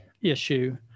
issue